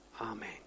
Amen